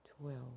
Twelve